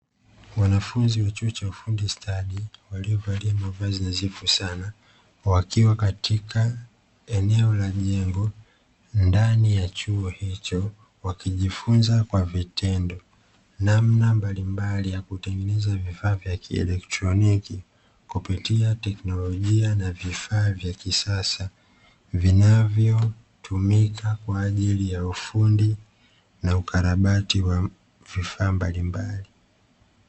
Wanafunzi wa chuo cha ufundi stadi waliovalia mavazi nadhifu sana, wakiwa katika eneo la jengo ndani ya chuo hicho, wakijifunza kwa vitendo namna mbalimbali ya kutengeneza vifaa vya kielektroniki, kupitia teknolojia na vifaa vya kisasa vinavyotumika kwa ajili ya ufundi, na ukarabati wa vifaa mbalimbali.